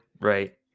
right